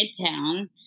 Midtown